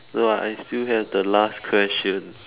no I still have the last question